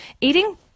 eating